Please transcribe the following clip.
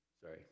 sorry